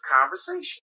conversation